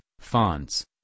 fonts